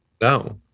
No